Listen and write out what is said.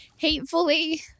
Hatefully